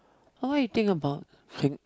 all I think about